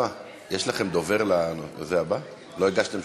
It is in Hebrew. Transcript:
הצעת ועדת הכנסת לתיקון סעיפים 9, 16,